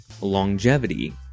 longevity